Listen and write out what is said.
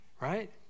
right